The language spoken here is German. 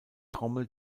trommel